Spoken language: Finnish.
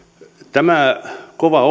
tämä kova